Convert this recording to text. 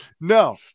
No